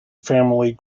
family